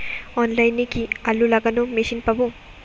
অনলাইনে কি আলু লাগানো মেশিন পাব?